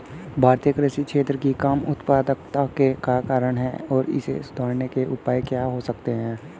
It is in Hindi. भारतीय कृषि क्षेत्र की कम उत्पादकता के क्या कारण हैं और इसे सुधारने के उपाय क्या हो सकते हैं?